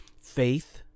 faith